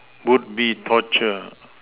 would be torture